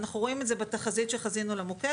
אנחנו רואים את זה בתחזית שחזינו למוקד